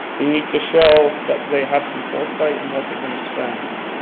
they need to show that they have some foresight in what they're going to spend.